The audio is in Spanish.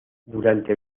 durante